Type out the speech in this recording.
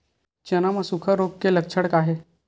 चना म सुखा रोग के लक्षण का हे?